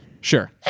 Sure